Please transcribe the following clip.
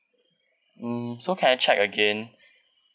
mm so can I check again